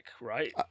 right